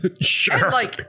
Sure